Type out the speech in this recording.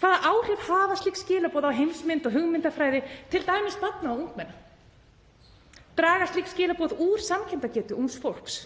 Hvaða áhrif hafa slík skilaboð á heimsmynd og hugmyndafræði t.d. barna og ungmenna? Draga slík skilaboð úr samkenndargetu ungs fólks?